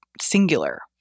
singular